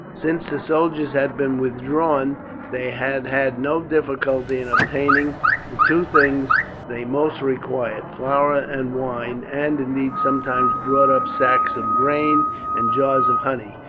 since the soldiers had been withdrawn they had had no difficulty in obtaining the two things they most required, flour and wine, and, indeed, sometimes brought up sacks of grain and jars of honey,